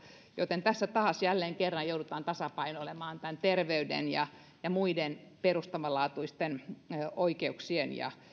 joten tässä taas jälleen kerran joudutaan tasapainoilemaan tämän terveyden ja ja muiden perustavanlaatuisten oikeuksien